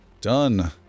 Done